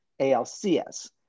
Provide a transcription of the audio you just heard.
ALCS